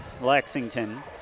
Lexington